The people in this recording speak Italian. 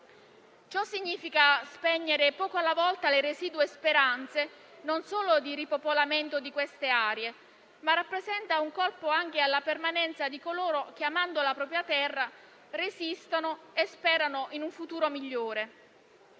solo significa spegnere poco alla volta le residue speranze di ripopolamento di queste aree, ma rappresenta anche un colpo alla permanenza di coloro che, amando la propria terra, resistono e sperano in un futuro migliore.